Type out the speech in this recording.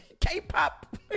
K-pop